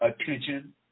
attention